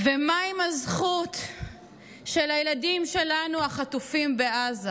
ומה עם הזכות של הילדים שלנו החטופים בעזה?